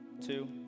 two